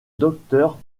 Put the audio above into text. docteur